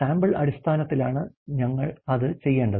sample അടിസ്ഥാനത്തിലാണ് ഞങ്ങൾ അത് ചെയ്യേണ്ടത്